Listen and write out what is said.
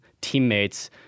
teammates